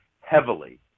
heavily